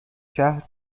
شهر